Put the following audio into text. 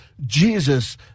Jesus